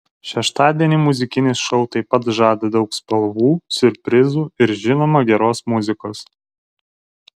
šeštadienį muzikinis šou taip pat žada daug spalvų siurprizų ir žinoma geros muzikos